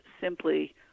simply